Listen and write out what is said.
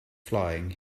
flying